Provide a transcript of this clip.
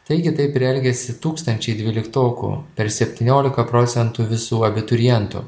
taigi taip ir elgiasi tūkstančiai dvyliktokų per septyniolika procentų visų abiturientų